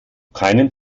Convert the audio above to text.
keinem